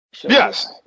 Yes